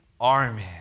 army